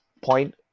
point